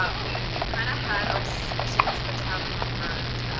ah we we kind of had our suspicions but to have them affirmed,